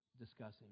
discussing